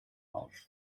auf